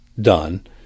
done